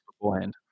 beforehand